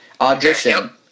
audition